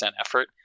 effort